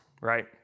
right